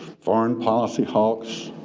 foreign policy hawks,